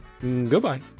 Goodbye